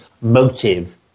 motive